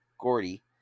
Gordy